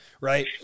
Right